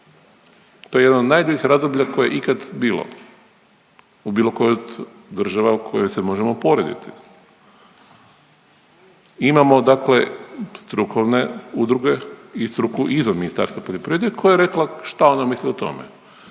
to je jedan od najduljih razdoblja koje je ikad bilo u bilo kojoj od država u kojoj se možemo porediti. Imamo dakle strukovne udruge i struku izvan Ministarstva poljoprivrede koja je rekla šta ona misli o tome.